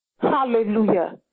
Hallelujah